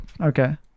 Okay